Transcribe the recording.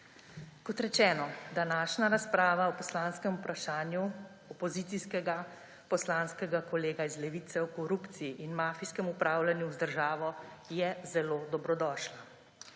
Kot rečeno, današnja razprava o poslanskem vprašanju opozicijskega poslanskega kolega iz Levice o korupciji in mafijskem upravljanju z državo je zelo dobrodošla.